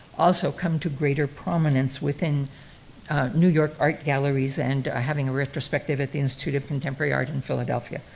also come to greater prominence within new york art galleries and having a retrospective at the institute of contemporary art in philadelphia.